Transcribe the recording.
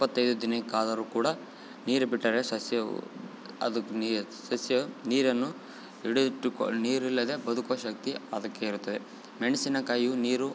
ಇಪ್ಪತೈದು ದಿನಕ್ಕಾದರೂ ಕೂಡ ನೀರು ಬಿಟ್ಟರೆ ಸಸ್ಯವು ಅದುಕ್ಕೆ ನೀರು ಸಸ್ಯ ನೀರನ್ನು ಹಿಡಿದಿಟ್ಟುಕೊ ನೀರಿಲ್ಲದೆ ಬದುಕುವ ಶಕ್ತಿ ಅದಕ್ಕೆ ಇರುತ್ತದೆ ಮೆಣಸಿನಕಾಯಿಯು ನೀರು